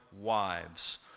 wives